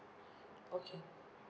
okay